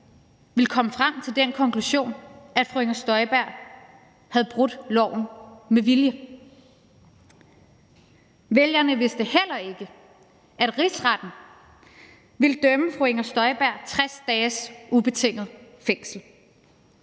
ville komme frem til den konklusion, at fru Inger Støjberg havde brudt loven med vilje. Vælgerne vidste heller ikke, at Rigsretten ville dømme fru Inger Støjberg 60 dages ubetinget fængsel.